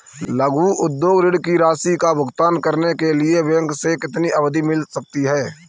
लघु उद्योग ऋण की राशि का भुगतान करने के लिए बैंक से कितनी अवधि मिल सकती है?